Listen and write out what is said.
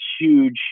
huge